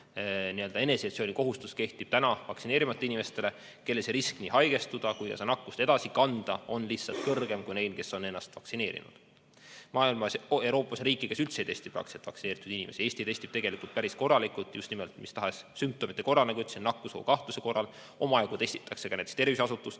nii-öelda eneseisolatsioonikohustus vaktsineerimata inimestele, kellel risk nii haigestuda kui ka nakkust edasi kanda on lihtsalt kõrgem kui neil, kes on ennast vaktsineerinud. Euroopas on riike, kes üldse ei testi vaktsineeritud inimesi. Eesti testib tegelikult päris korralikult just nimelt mis tahes sümptomite korral, nagu ütlesin, nakkusohukahtluse korral, omajagu testitakse terviseasutustes